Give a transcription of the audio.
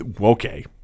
okay